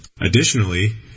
Additionally